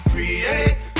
Create